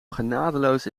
genadeloos